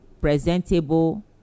Presentable